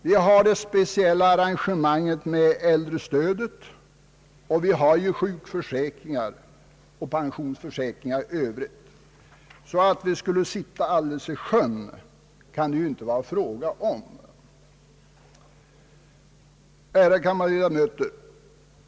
Vi har det speciella arrangemanget med äldrestödet, vi har sjukförsäkringar och pensionsförsäkringar i övrigt. Därför kan det inte vara tal om att vi skulle sitta alldeles i sjön. Ärade kammarledamöter!